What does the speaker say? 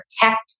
protect